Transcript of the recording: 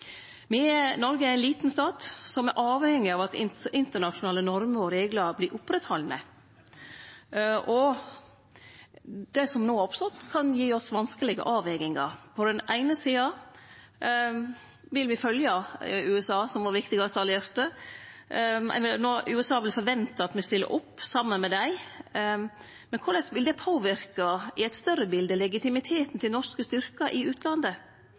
Noreg er ein liten stat som er avhengig av at internasjonale normer og reglar vert oppretthaldne. Det som no har oppstått, kan gi oss vanskelege avvegingar. På den eine sida vil me følgje USA som vår viktigaste allierte. USA vil forvente at me stiller opp saman med dei, men korleis vil det i eit større bilde påverke legitimiteten til norske styrkar i utlandet?